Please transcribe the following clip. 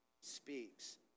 speaks